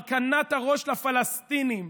הרכנת הראש לפלסטינים,